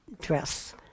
dress